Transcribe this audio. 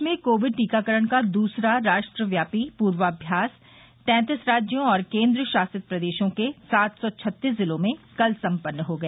देश में कोविड टीकाकरण का दूसरा राष्ट्रव्यापी पूर्वाम्यास तैंतीस राज्यों और केंद्र शासित प्रदेशों के सात सौ छत्तीस जिलों में कल सम्पन्न हो गया